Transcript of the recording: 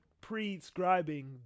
prescribing